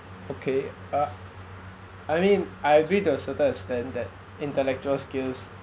okay uh I mean I agree to a certain extent that intellectual skills